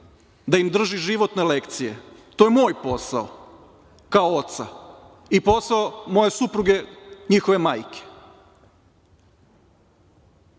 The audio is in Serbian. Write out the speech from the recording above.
da im drži životne lekcije. To je moj posao kao oca i posao moje supruge, njihove majke.